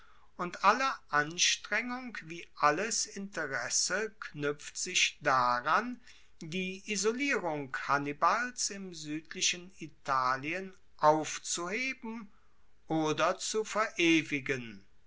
und alle anstrengung wie alles interesse knuepft sich daran die isolierung hannibals im suedlichen italien aufzuheben oder zu verewigen